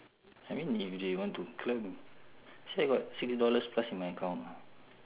I mean if they want to climb actually I got six dollars plus in my account